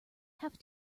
have